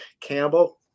Campbell